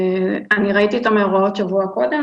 ולאחר שראיתי את המאורעות שבוע לפני כן,